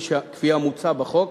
כפי המוצע בחוק,